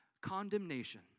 Condemnation